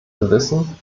gewissen